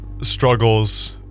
struggles